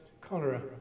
cholera